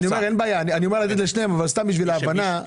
בשביל ההבנה.